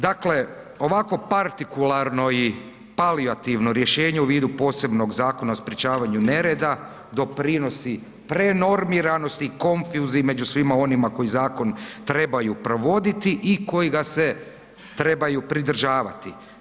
Dakle, ovako partikularno i palijativno rješenje u vidu posebnog Zakona o sprečavanju nereda doprinosi prenormiranosti i konfuziji među svima onima koji zakon trebaju provoditi i koji ga se trebaju pridržavati.